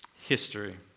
history